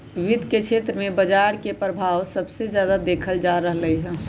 वित्त के क्षेत्र में बजार के परभाव सबसे जादा देखल जा रहलई ह